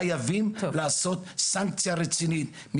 חייבים לעשות סנקציה רצינית,